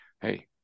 Hey